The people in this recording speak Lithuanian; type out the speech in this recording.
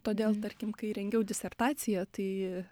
todėl tarkim kai rengiau disertaciją tai